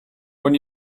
when